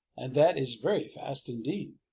and that is very fast indeed.